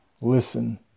Listen